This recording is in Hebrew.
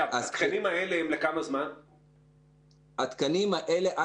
לכמה זמן התקנים האלה?